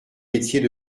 métiers